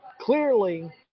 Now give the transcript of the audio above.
Clearly